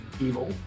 evil